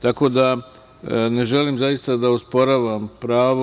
Tako da ne želim zaista da osporavam pravo.